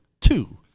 Two